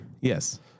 yes